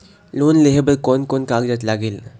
Loan लेहे बर कोन कोन कागजात लागेल?